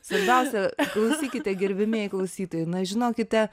svarbiausia klausykite gerbiamieji klausytojai na žinokite